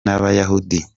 n’abayahudi